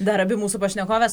dar abi mūsų pašnekovės